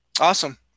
Awesome